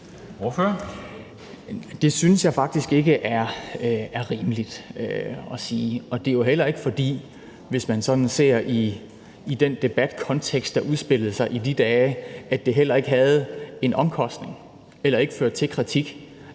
Det synes jeg faktisk ikke er rimeligt at sige. Det er jo heller ikke sådan, hvis man sådan ser det i den debatkontekst, der udspillede sig i de dage, at det ikke havde en omkostning eller førte til en kritik